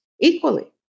equally